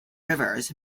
rivers